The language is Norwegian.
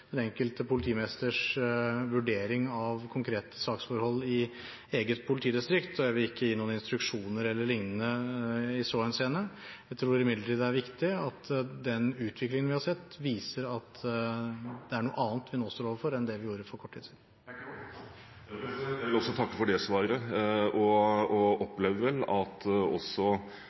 den enkelte politimesters vurdering av konkrete saksforhold i eget politidistrikt, og jeg vil ikke gi noen instruksjoner eller lignende i så henseende. Jeg tror imidlertid det er viktig at den utviklingen vi har sett, viser at det er noe annet vi nå står overfor enn det vi gjorde for kort tid siden. Jeg vil også takke for det svaret og opplever vel at også